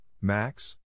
Max